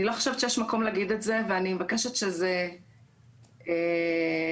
אני לא חושבת שיש מקום להגיד את זה ואני מבקשת שיימחק מהפרוטוקול.